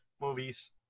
movies